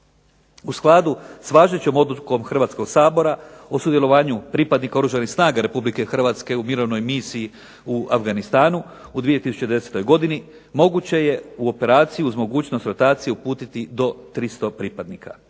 U skladu s važećom obukom Hrvatskog sabora o sudjelovanju pripadnika Oružanih snaga RH u mirovnoj misiji u Afganistanu u 2010. godini moguće je u operaciju uz mogućnost rotacije uputiti do 300 pripadnika.